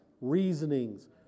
reasonings